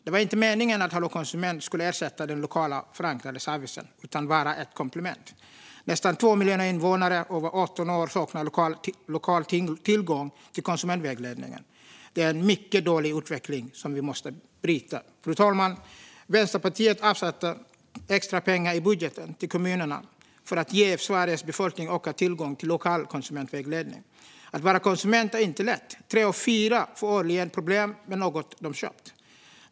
Det var inte meningen att Hallå konsument skulle ersätta den lokalt förankrade servicen, utan Hallå konsument skulle vara ett komplement. Nästan 2 miljoner invånare över 18 år saknar lokal tillgång till konsumentvägledning. Det är en mycket dålig utveckling som vi måste bryta. Fru talman! Vänsterpartiet avsatte extra pengar i budgeten till kommunerna för att ge Sveriges befolkning ökad tillgång till lokal konsumentvägledning. Att vara konsument är inte lätt. Tre av fyra får årligen problem med något de köpt.